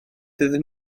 doedden